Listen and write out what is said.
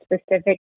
specific